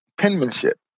penmanship